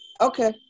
okay